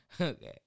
Okay